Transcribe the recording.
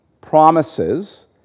promises